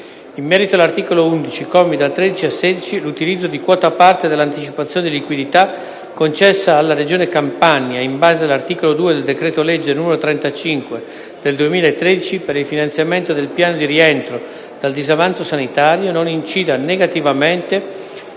in merito all’articolo 11, commi da 13 a 16, l’utilizzo di quota parte dell’anticipazione di liquidita, concessa alla Regione Campania in base all’articolo 2 del decreto-legge n. 35 del 2013, per il finanziamento del piano di rientro dal disavanzo sanitario, non incida negativamente